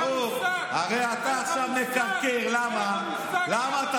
אין לך מושג על מה אתה מדבר.